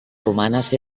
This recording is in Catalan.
romanes